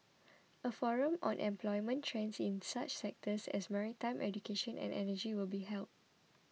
a forum on employment trends in such sectors as maritime education and energy will be held